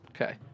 Okay